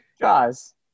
Jaws